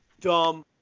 Dumb